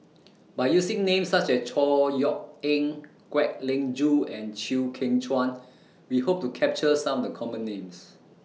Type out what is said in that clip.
By using Names such as Chor Yeok Eng Kwek Leng Joo and Chew Kheng Chuan We Hope to capture Some The Common Names